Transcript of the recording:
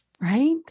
Right